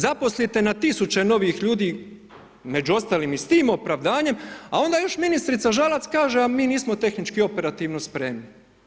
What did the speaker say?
Zaposlite na tisuće novih ljudi, među ostalim i s tim opravdanjem, a onda još ministrica Žalac kaže, a mi nismo tehnički operativno spremni.